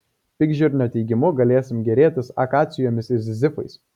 pikžirnio teigimu galėsim gėrėtis akacijomis ir zizifais